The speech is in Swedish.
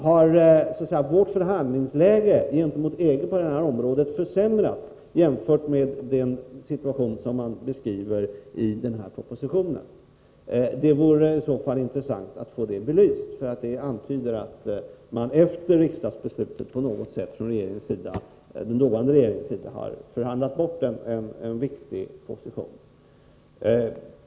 Har vårt förhandlingsläge på det här området gentemot EG försämrats jämfört med den situation som beskrivs i propositionen? Det vore i så fall intressant att få detta belyst, eftersom det antyder att den nuvarande regeringen på något sätt har förhandlat bort en viktig position.